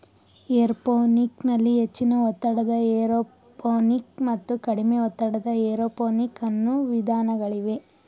aeroponic ನಲ್ಲಿ ಹೆಚ್ಚಿನ ಒತ್ತಡದ ಏರೋಪೋನಿಕ್ ಮತ್ತು ಕಡಿಮೆ ಒತ್ತಡದ ಏರೋಪೋನಿಕ್ ಅನ್ನೂ ವಿಧಾನಗಳಿವೆ